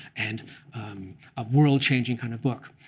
and a world-changing kind of book.